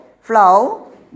Flow